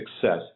success